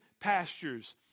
pastures